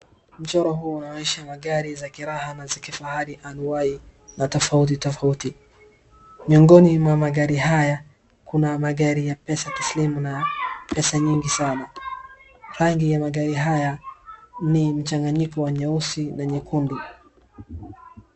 Mchoro huu unaonyesha magari za kiraha na za kifahari anuwai na tofauti tofauti. Miongoni mwa magari haya kuna magari ya pesa taslimu na pesa nyingi sana. Rangi ya magari haya ni mchanganyiko wa nyeusi na nyekundu.